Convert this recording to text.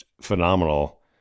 phenomenal